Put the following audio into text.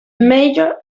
mayor